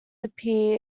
appear